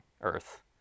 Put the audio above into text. Earth